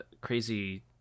crazy